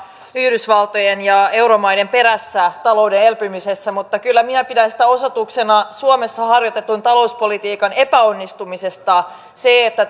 yhdysvaltojen ja euromaiden perässä talouden elpymisessä mutta kyllä minä pidän osoituksena suomessa harjoitetun talouspolitiikan epäonnistumisesta sitä että